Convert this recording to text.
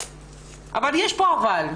אבל יש פה "אבל",